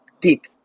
deep